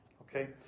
Okay